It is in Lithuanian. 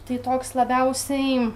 tai toks labiausiai